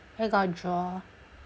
are you gonna draw